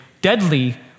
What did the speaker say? deadly